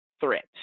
threat